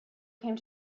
came